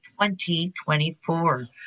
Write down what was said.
2024